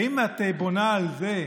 האם את בונה על זה,